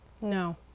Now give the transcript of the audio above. No